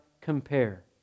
compare